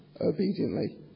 obediently